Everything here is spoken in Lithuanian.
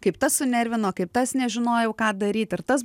kaip tas sunervino kaip tas nežinojau ką daryt ir tas